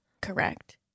correct